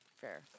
Fair